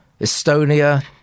Estonia